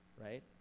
right